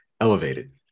Elevated